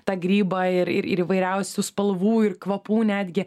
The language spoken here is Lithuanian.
tą grybą ir ir įvairiausių spalvų ir kvapų netgi